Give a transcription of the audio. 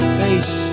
face